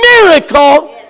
miracle